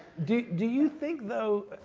do do you think, though,